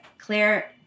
Claire